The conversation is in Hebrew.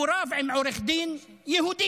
הוא רב עם עורך דין יהודי,